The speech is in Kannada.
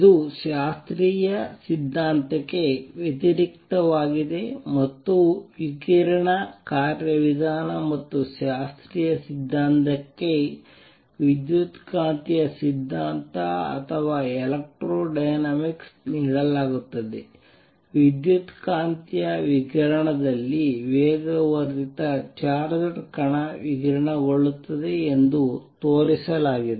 ಇದು ಶಾಸ್ತ್ರೀಯ ಸಿದ್ಧಾಂತಕ್ಕೆ ವ್ಯತಿರಿಕ್ತವಾಗಿದೆ ಮತ್ತು ವಿಕಿರಣ ಕಾರ್ಯವಿಧಾನ ಮತ್ತು ಶಾಸ್ತ್ರೀಯ ಸಿದ್ಧಾಂತಕ್ಕೆ ವಿದ್ಯುತ್ಕಾಂತೀಯ ಸಿದ್ಧಾಂತ ಅಥವಾ ಎಲೆಕ್ಟ್ರೋಡೈನಾಮಿಕ್ಸ್ ನೀಡಲಾಗುತ್ತದೆ ವಿದ್ಯುತ್ಕಾಂತೀಯ ವಿಕಿರಣದಲ್ಲಿ ವೇಗವರ್ಧಿತ ಚಾರ್ಜ್ಡ್ ಕಣ ವಿಕಿರಣಗೊಳ್ಳುತ್ತದೆ ಎಂದು ತೋರಿಸಲಾಗಿದೆ